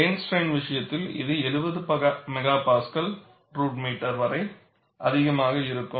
plane ஸ்ட்ரெஸின் விஷயத்தில் இது 70 MPa ரூட் மீட்டர் வரை அதிகமாக இருக்கும்